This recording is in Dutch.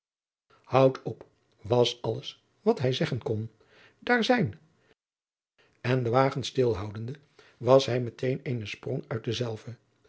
houd op was alles wat hij zeggen kon daar zijn en de wagen stilhoudende was hij met eenen sprong uit denzelven